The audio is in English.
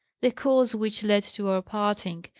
the cause which led to our parting,